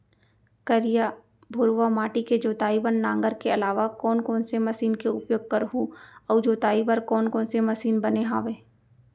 करिया, भुरवा माटी के जोताई बर नांगर के अलावा कोन कोन से मशीन के उपयोग करहुं अऊ जोताई बर कोन कोन से मशीन बने हावे?